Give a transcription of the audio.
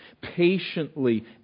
patiently